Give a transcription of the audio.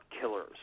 killers